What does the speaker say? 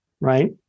right